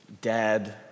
Dad